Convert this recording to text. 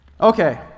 Okay